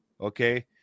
Okay